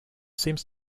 seems